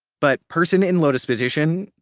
but person in lotus position,